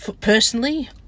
Personally